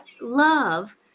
love